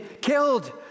killed